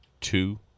two